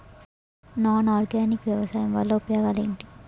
Non organic వ్యవసాయం వల్ల ఉపయోగాలు ఏంటీ?